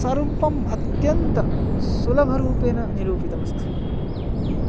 सर्वम् अत्यन्तसुलभरूपेण निरूपितमस्ति